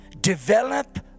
Develop